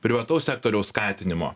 privataus sektoriaus skatinimo